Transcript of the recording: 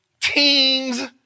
Teams